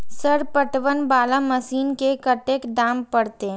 Sir पटवन वाला machine के कतेक दाम परतें?